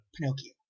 Pinocchio